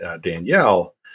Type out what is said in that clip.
Danielle